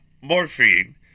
morphine